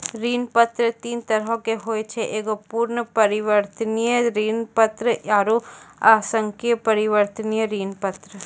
ऋण पत्र तीन तरहो के होय छै एगो पूर्ण परिवर्तनीय ऋण पत्र आरु आंशिक परिवर्तनीय ऋण पत्र